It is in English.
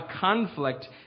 conflict